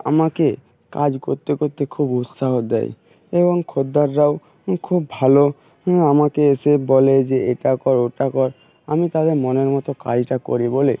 আমাকে কাজ করতে করতে খুব উৎসাহ দেয় এবং খদ্দেররাও খুব ভালো আমাকে এসে বলে যে এটা কর ওটা কর আমি তাদের মনের মতো কাজটা করি বলে